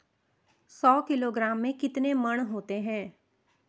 सौ किलोग्राम में कितने मण होते हैं?